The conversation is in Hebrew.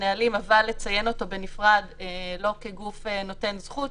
הנהלים אבל לציין אותו בנפרד ולא כגוף נותן זכות,